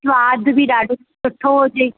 सवाद बि ॾाढो सुठो हुजे